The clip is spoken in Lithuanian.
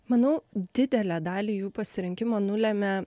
manau didelę dalį jų pasirinkimo nulemia